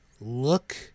Look